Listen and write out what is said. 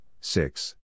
six